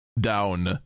down